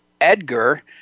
Edgar